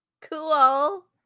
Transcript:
Cool